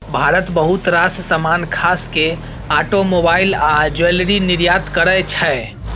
भारत बहुत रास समान खास केँ आटोमोबाइल आ ज्वैलरी निर्यात करय छै